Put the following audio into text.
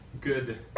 good